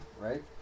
right